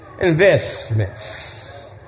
investments